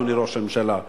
אדוני ראש הממשלה,